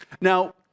Now